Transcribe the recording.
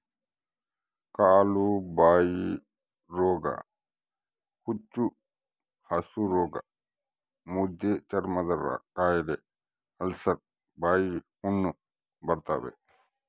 ಕಾಲುಬಾಯಿರೋಗ ಹುಚ್ಚುಹಸುರೋಗ ಮುದ್ದೆಚರ್ಮದಕಾಯಿಲೆ ಅಲ್ಸರ್ ಬಾಯಿಹುಣ್ಣು ಬರ್ತಾವ